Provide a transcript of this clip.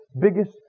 biggest